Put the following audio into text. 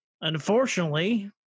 Unfortunately